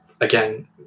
again